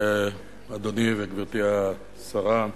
אדוני וגברתי השרה,